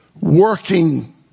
working